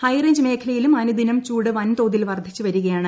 high range മേഖലയിലും അന്ന്ദിനം ചൂട് വൻതോതിൽ വർദ്ധിച്ച് വരികയാണ്